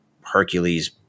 Hercules